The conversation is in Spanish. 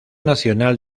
nacional